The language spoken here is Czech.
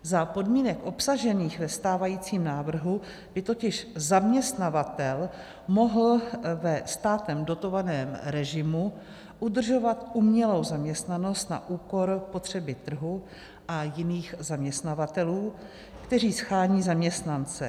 Za podmínek obsažených ve stávajícím návrhu by totiž zaměstnavatel mohl ve státem dotovaném režimu udržovat umělou zaměstnanost na úkor potřeby trhu a jiných zaměstnavatelů, kteří shání zaměstnance.